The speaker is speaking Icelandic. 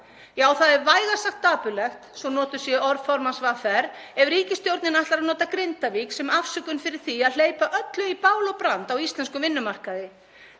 Já, það er vægast sagt dapurlegt, svo notuð séu orð formanns VR, ef ríkisstjórnin ætlar að nota Grindavík sem afsökun fyrir því að hleypa öllu í bál og brand á íslenskum vinnumarkaði.